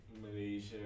Malaysia